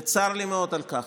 וצר לי מאוד על כך.